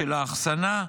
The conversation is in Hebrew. של האחסנה,